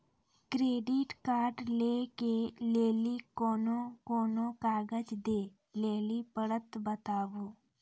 Credit card लै के लेली कोने कोने कागज दे लेली पड़त बताबू?